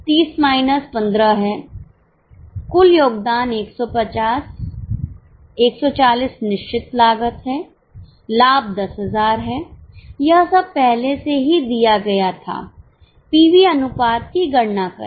30 minus 15 है कुल योगदान 150 140 निश्चित लागत है लाभ 10000 है यह सब पहले से ही दिया गया था पीवी अनुपात की गणना करें